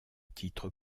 titre